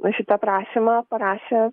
va šitą prašymą parašė